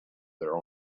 their